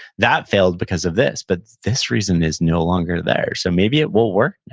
that failed because of this but this reason is no longer there, so maybe it will work now,